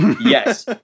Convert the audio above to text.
Yes